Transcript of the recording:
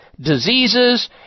diseases